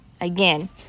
Again